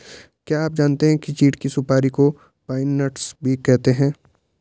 क्या आप जानते है चीढ़ की सुपारी को पाइन नट्स भी कहते है?